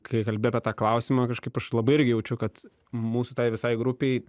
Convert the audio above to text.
kai kalbi apie tą klausimą kažkaip aš labai irgi jaučiu kad mūsų tai visai grupei